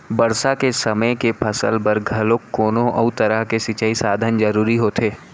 बरसा के समे के फसल बर घलोक कोनो अउ तरह के सिंचई साधन जरूरी होथे